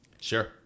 Sure